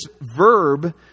verb